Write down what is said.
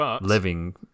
living